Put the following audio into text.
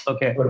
Okay